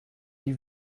die